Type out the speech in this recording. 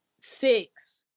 six